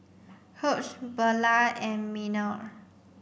Hughe Beula and Miner